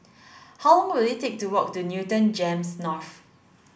how long will it take to walk to Newton GEMS North